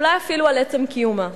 אולי אפילו על עצם קיומה.